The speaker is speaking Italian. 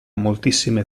moltissime